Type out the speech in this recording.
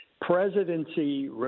presidency